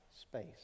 space